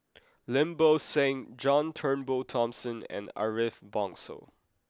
Lim Bo Seng John Turnbull Thomson and Ariff Bongso